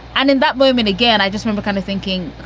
and in that moment, again, i just want to kind of thinking,